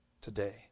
today